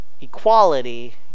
equality